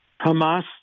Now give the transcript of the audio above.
Hamas